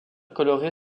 colorée